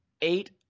eight